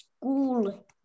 school